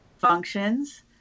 functions